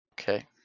Okay